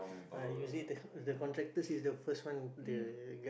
uh usually the the contractor is the first one the ga~